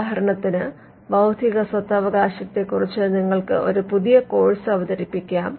ഉദാഹരണത്തിന് ബൌദ്ധിക സ്വത്തവകാശത്തെക്കുറിച്ച് നിങ്ങൾക്ക് ഒരു പുതിയ കോഴ്സ് അവതരിപ്പിക്കാം